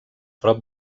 prop